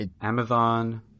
Amazon